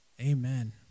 Amen